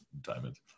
diamond